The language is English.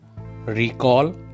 recall